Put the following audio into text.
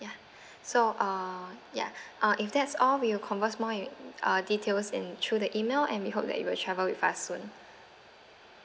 ya so uh ya uh if that's all we'll converse more in uh details and through the email and we hope that you would travel with us soon